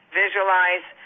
visualize